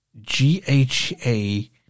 G-H-A